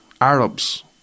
Arabs